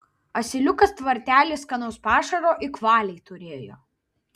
asiliukas tvartely skanaus pašaro ik valiai turėjo